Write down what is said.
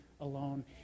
alone